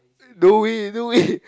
no way no way